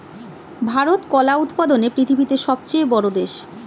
ভারত কলা উৎপাদনে পৃথিবীতে সবথেকে বড়ো দেশ